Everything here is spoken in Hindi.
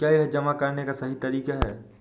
क्या यह जमा करने का एक तरीका है?